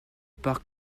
parc